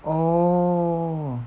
oh